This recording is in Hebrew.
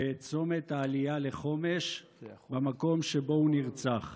בצומת העלייה לחומש, במקום שבו הוא נרצח.